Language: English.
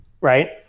right